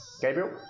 Gabriel